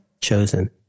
chosen